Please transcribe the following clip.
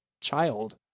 child